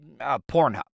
Pornhub